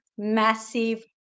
massive